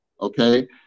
okay